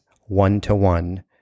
one-to-one